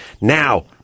Now